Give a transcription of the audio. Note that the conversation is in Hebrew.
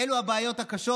אלו הבעיות הקשות,